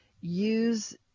use